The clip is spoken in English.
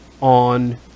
on